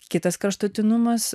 kitas kraštutinumas